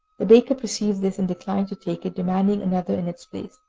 the baker perceived this, and declined to take it, demanding another in its place.